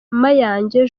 mayange